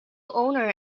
owner